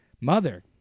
mother